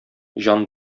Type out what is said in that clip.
җан